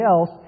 else